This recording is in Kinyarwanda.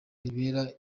ribera